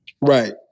Right